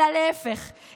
אלא להפך,